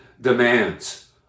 demands